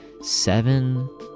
Seven